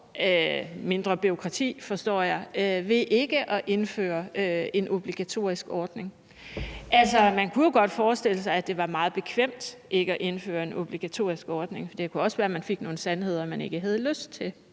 mindre bureaukrati, forstår jeg, ved ikke at indføre en obligatorisk ordning. Altså, man kunne jo godt forestille sig, at det var meget bekvemt ikke at indføre en obligatorisk ordning, for det kunne også være, at man fik nogle sandheder at høre, som man ikke havde lyst til.